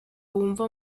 wumva